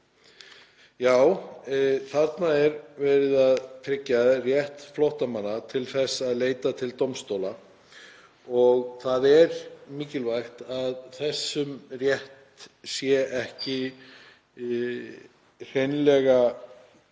Þarna er verið að tryggja rétt flóttamanna til að leita til dómstóla. Það er mikilvægt að þessum rétti sé ekki hreinlega hent